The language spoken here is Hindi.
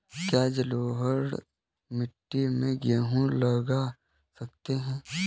क्या जलोढ़ मिट्टी में गेहूँ लगा सकते हैं?